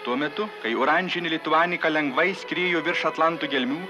tuo metu kai oranžinį lituanica lengvai skriejo virš atlanto gelmių